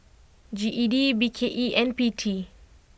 G E D B K E and P T